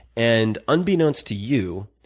and unbeknownst to you,